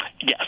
Yes